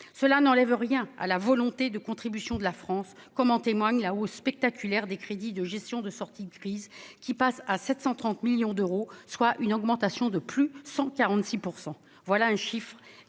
Cela n'enlève rien à la volonté de contribution de la France, comme en témoigne la hausse spectaculaire des crédits de « gestion et sortie de crise », qui passent à 730 millions d'euros, soit une augmentation de 146 %. Voilà un chiffre